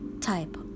type